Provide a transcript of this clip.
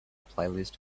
playlist